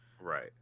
Right